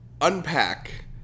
unpack